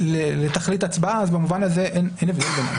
לתכלית הצבעה אז במובן הזה אין הבדל ביניהם.